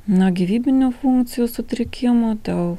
na gyvybinių funkcijų sutrikimų dėl